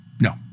No